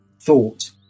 thought